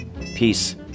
Peace